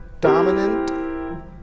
dominant